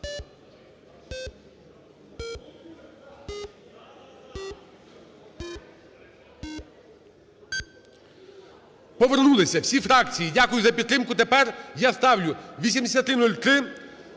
Повернулися. Всі фракції дякую за підтримку. Тепер я ставлю 8303